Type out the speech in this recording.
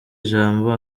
ijambo